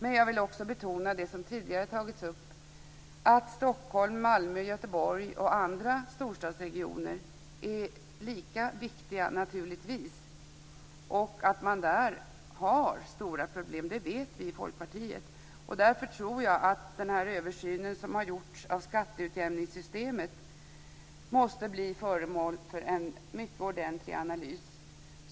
Men jag vill också betona det som tidigare tagits upp - att Stockholm, Malmö, Göteborg och andra storstadsregioner naturligtvis är lika viktiga. Att man där har stora problem vet vi i Folkpartiet. Därför tror jag att den översyn som har gjorts av skatteutjämningssystemet måste bli föremål för en mycket noggrann analys.